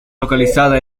localizada